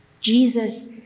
Jesus